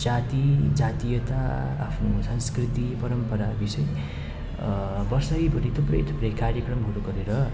जाति जातीयता आफ्नो सांस्कृति परम्पराहरू विषय वर्षैभरि थुप्रै थुप्रै कार्यक्रमहरू गरेर